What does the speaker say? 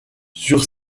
sur